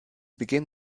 beginn